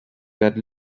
got